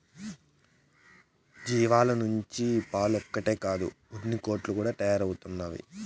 జీవాల నుంచి పాలొక్కటే కాదు ఉన్నికోట్లు కూడా తయారైతవి